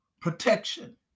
protection